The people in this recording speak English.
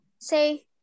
say